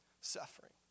suffering